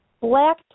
Black